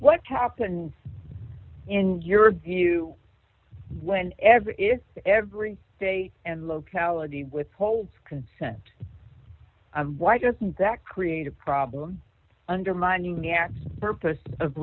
what happened in your view when every every day and locality withholds consent why doesn't that create a problem undermining the act purpose of